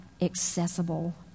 accessible